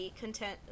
content